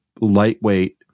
lightweight